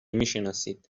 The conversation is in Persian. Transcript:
میشناسید